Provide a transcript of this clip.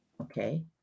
okay